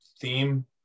theme